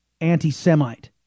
anti-Semite